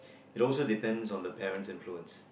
it also depends on the parent's influence